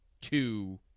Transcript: two